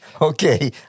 Okay